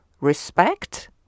respect